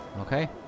Okay